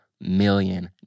million